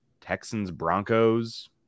Texans-Broncos